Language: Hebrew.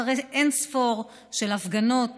אחרי אין-ספור הפגנות,